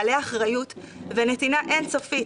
בעלי אחריות ונתינה אינסופית.